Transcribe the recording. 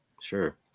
sure